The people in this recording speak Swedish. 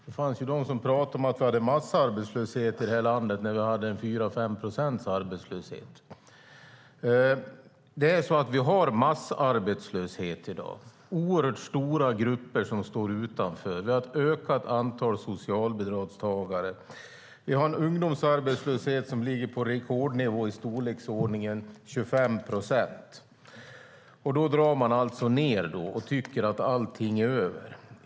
Det fanns de som talade om att vi hade massarbetslöshet i detta land när vi hade en arbetslöshet på 4-5 procent. Vi har massarbetslöshet i dag. Oerhört stora grupper står utanför. Vi har ett ökat antal socialbidragstagare, och vi har en ungdomsarbetslöshet på rekordnivå i storleksordningen 25 procent. Då drar man ned och tycker att allt är över.